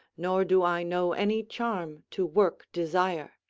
nor do i know any charm to work desire.